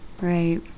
Right